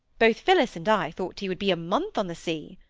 both phillis and i thought he would be a month on the seas